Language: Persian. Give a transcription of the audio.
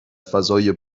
فضای